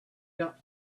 got